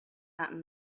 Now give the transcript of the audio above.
that